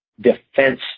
defense